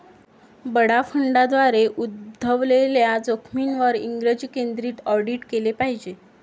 बडा फंडांद्वारे उद्भवलेल्या जोखमींवर इंग्रजी केंद्रित ऑडिट केले पाहिजे